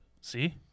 See